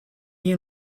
you